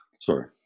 sorry